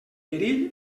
perill